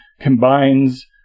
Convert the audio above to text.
combines